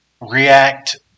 react